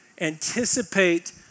anticipate